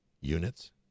units